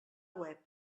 web